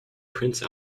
prince